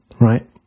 right